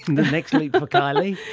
the next leap for kylie?